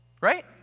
Right